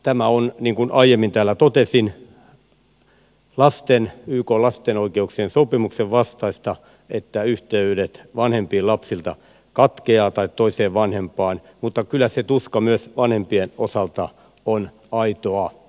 tämä on niin kuin aiemmin täällä totesin ykn lapsen oikeuksien sopimuksen vastaista että yhteydet toiseen vanhempaan lapsilta katkeavat mutta kyllä se tuska myös vanhempien osalta on aitoa